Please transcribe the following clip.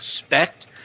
expect